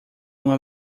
uma